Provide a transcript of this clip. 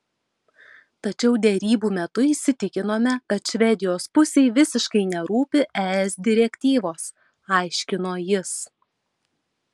tačiau derybų metu įsitikinome kad švedijos pusei visiškai nerūpi es direktyvos aiškino jis